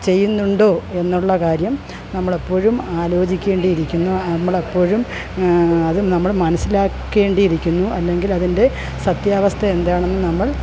ചെയ്യുന്നുണ്ടോ എന്നുള്ള കാര്യം നമ്മള് എപ്പോഴും ആലോചിക്കേണ്ടിയിരിക്കുന്നു നമ്മള് എപ്പോഴും അത് നമ്മള് മനസ്സിലാക്കേണ്ടിയിരിക്കുന്നു അല്ലെങ്കിൽ അതിൻ്റെ സത്യാവസ്ഥ എന്താണെന്നു നമ്മൾ